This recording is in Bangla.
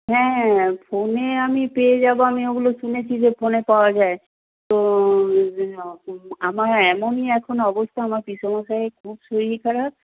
হ্যাঁ হ্যাঁ হ্যাঁ ফোনে আমি পেয়ে যাব আমি ওগুলো শুনেছি যে ফোনে পাওয়া যায় তো আমার এমনই এখন অবস্থা আমার পিসেমশাইয়ের খুব শরীর খারাপ